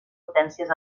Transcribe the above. potències